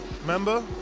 remember